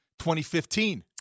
2015